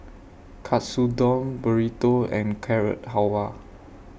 Katsudon Burrito and Carrot Halwa